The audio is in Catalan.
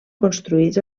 construïts